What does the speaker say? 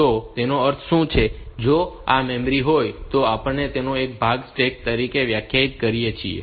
તો તેનો અર્થ શું છે કે જો આ મેમરી હોય તો આપણે તેના એક ભાગને સ્ટેક તરીકે વ્યાખ્યાયિત કરીએ છીએ